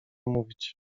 mówić